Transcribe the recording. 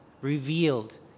revealed